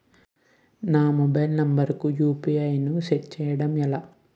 నేను నా mobile number కుయు.పి.ఐ ను సెట్ చేయడం ఎలా?